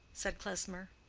said klesmer,